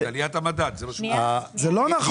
כי עליית המדד --- זה לא נכון.